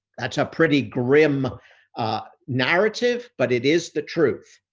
that's a pretty grim narrative, but it is the truth.